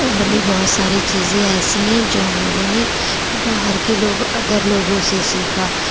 اور بھی بہت ساری چیزیں ایسی ہیں جو ہم لوگوں نے باہر کے لوگوں ادر لوگوں سے سیکھا